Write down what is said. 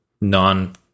non